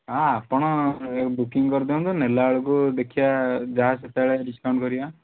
ହଁ ଆପଣ ବୁକିଂ କରିଦିଅନ୍ତୁ ନେଲା ବେଳକୁ ଦେଖିବା ଯାହା ସେତେବେଳେ ଡିସକାଉଣ୍ଟ୍ କରିବା